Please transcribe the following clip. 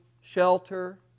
shelter